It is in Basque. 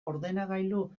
ordenagailu